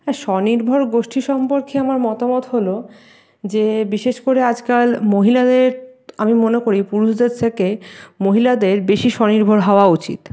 হ্যাঁ স্বনির্ভর গোষ্ঠী সম্পর্কে আমার মতামত হল যে বিশেষ করে আজকাল মহিলাদের আমি মনে করি পুরুষদের থেকে মহিলাদের বেশি স্বনির্ভর হওয়া উচিত